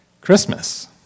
Christmas